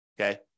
okay